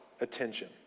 attention